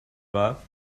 war